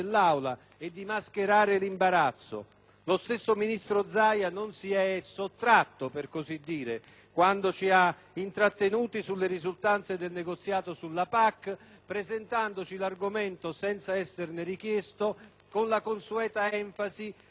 Lo stesso ministro Zaia non si è sottratto - per così dire - quando ci ha intrattenuti sulle risultanze del negoziato sulla PAC, presentandoci l'argomento senza esserne richiesto, con la consueta enfasi che in quel caso non è giustificata.